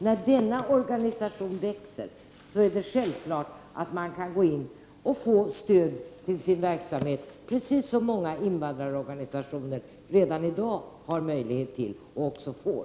När denna organisation sedan växer är det självklart att det kan utgå stöd till verksamheten, precis som många invandrarorganisationer redan i dag har möjlighet till och också får.